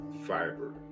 fiber